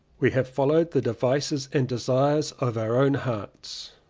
we have followed the devices and desires of our own hearts.